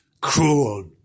Cruel